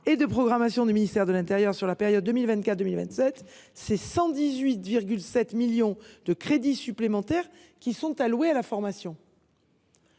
et de programmation du ministère de l’intérieur sur la période 2024 2027, 118,7 millions d’euros de crédits supplémentaires ont été alloués à la formation.